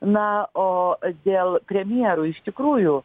na o dėl premjero iš tikrųjų